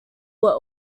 were